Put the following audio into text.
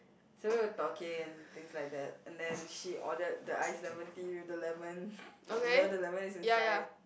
so we're talking and things like that and then she ordered the iced lemon tea with the lemon you know the lemon is inside